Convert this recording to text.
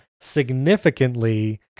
significantly